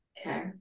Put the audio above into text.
Okay